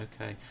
okay